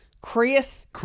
Chris